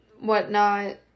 whatnot